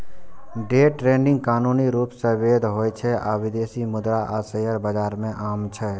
day trading कानूनी रूप सं वैध होइ छै आ विदेशी मुद्रा आ शेयर बाजार मे आम छै